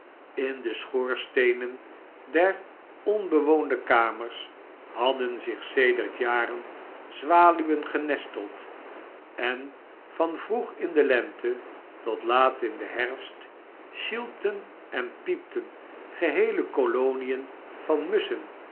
in de schoorsteenen der onbewoonde kamers hadden zich sedert iaren zwaluwen genesteld en van vroeg in de lente tot laat in den hlrfst sulpten en pieptea geheele kolonien van musschen